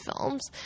films